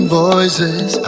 voices